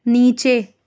نیچے